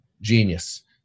genius